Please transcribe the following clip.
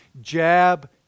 jab